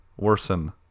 Worsen